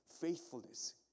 faithfulness